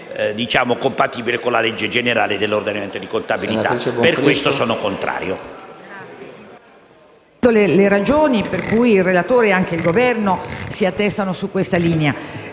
compatibile con la legge generale dell'ordinamento di contabilità. Per questo motivo, sono contrario